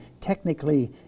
technically